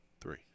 Three